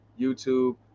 YouTube